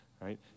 right